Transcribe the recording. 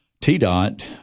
TDOT